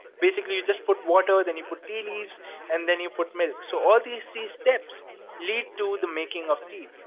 basically you just put water, then you put tea leaves and then you put milk. so all these three steps lead to the making of tea,